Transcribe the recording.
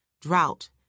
drought